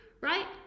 right